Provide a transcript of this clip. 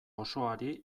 osoari